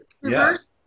Reverse